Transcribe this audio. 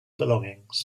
belongings